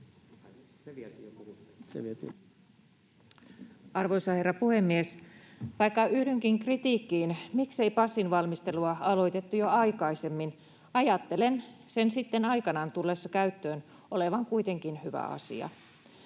Arvoisa herra puhemies! Vaikka yhdynkin kritiikkiin, miksei passin valmistelua aloitettu jo aikaisemmin, ajattelen sen sitten aikanaan tullessa käyttöön olevan kuitenkin hyvä asia.